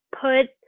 put